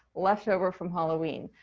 leftover from halloween.